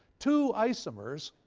two isomers,